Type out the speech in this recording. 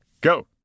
go